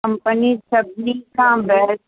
company सभिनी खां best